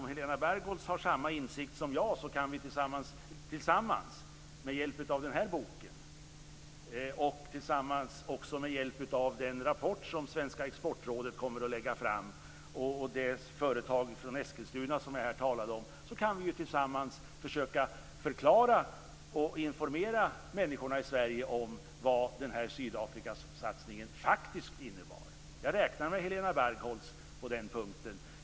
Om Helena Bargholtz har samma insikt som jag, kan vi tillsammans med hjälp av boken om Sydafrikasatsningen, den rapport som Sveriges Exportråd kommer att lägga fram och det företag från Eskilstuna som jag här talat om försöka informera människorna i Sverige om vad den här Sydafrikasatsningen faktiskt innebär. Jag räknar med Helena Bargholtz på den punkten.